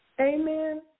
Amen